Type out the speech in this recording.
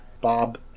Bob